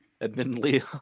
admittedly